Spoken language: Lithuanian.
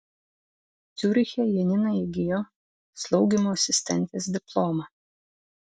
ciuriche janina įgijo slaugymo asistentės diplomą